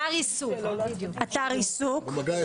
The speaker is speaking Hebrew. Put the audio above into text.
עובד שעובד במתחם עיסוק או אתר עיסוק לקנאביס יהיה